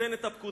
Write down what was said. תן את הפקודה,